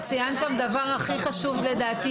את ציינת דבר שהוא לדעתי הכי חשוב,